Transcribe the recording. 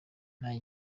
nta